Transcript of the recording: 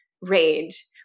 rage